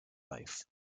life